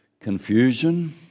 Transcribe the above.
confusion